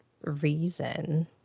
reason